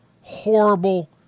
horrible